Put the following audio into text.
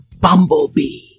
bumblebee